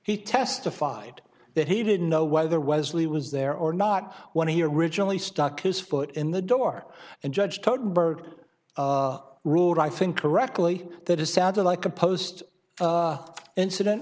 he testified that he didn't know whether wesley was there or not when he originally stuck his foot in the door and judge totenberg ruled i think correctly that it sounded like a post incident